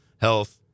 health